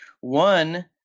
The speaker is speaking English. one